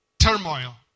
turmoil